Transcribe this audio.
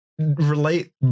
relate